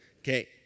Okay